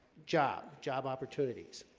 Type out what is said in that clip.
job job opportunities,